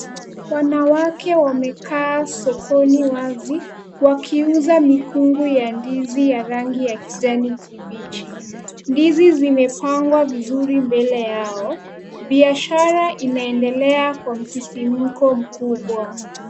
Wanawake wamekaa sokoni wazi wakiuza mikungu ya ndizi ya rangi ya kijani kibichi. Ndizi zimepangwa vizuri mbele yao, biashara inaendelea kwa msisimko mkubwa.